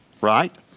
right